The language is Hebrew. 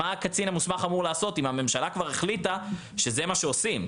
מה הקצין המוסמך אמור לעשות אם הממשלה כבר החליטה שזה מה שעושים?